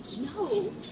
No